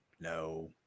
No